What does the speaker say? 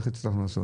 איך הצלחנו לעשות.